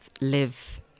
live